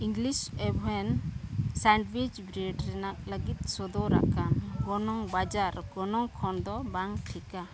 English oven sandwich bread ᱨᱮᱱᱟᱜ ᱞᱟᱹᱜᱤᱫ ᱥᱚᱫᱚᱨ ᱟᱠᱟᱱ ᱜᱚᱱᱚᱝ ᱵᱟᱡᱟᱨ ᱜᱚᱱᱚᱝ ᱠᱷᱚᱱ ᱫᱚ ᱵᱟᱝ ᱴᱷᱤᱠᱟ